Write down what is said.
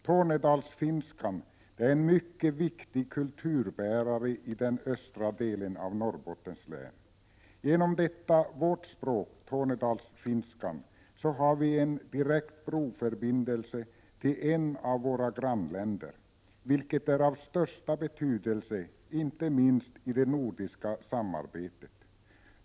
Tornedalsfinskan är en mycket viktig kulturbärare i den östra delen av Norrbottens län. Genom detta vårt språk, tornedalsfinska, har vi en direkt broförbindelse till ett av våra grannländer, vilket är av största betydelse inte minst i det nordiska samarbetet.